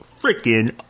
freaking